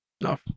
no